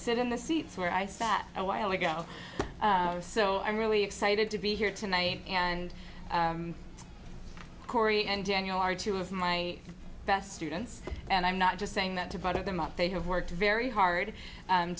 sit in the seats where i sat a while ago so i'm really excited to be here tonight and cory and danielle are two of my best students and i'm not just saying that to bother them up they have worked very hard